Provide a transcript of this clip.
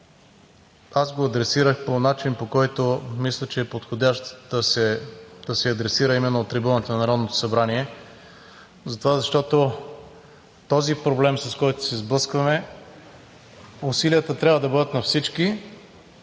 аз го адресирах по начин, по който мисля, че е подходящ да се адресира именно от трибуната на Народното събрание, затова, защото този проблем, с който се сблъскваме, усилията трябва да бъдат на всички,